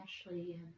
Ashley